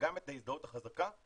וגם את ההזדהות החזקה,